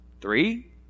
Three